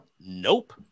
Nope